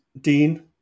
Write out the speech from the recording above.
Dean